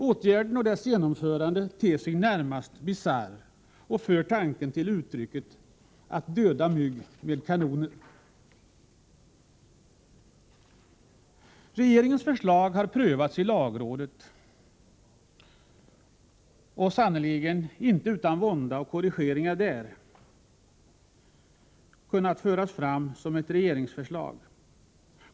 Åtgärden och dess genomförande ter sig närmast bisarr och för tanken till uttrycket att döda mygg med kanoner. Regeringens förslag har prövats av lagrådet. Prövningen har sannerligen inte skett utan vånda, och man har gjort korrigeringar.